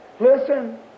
Listen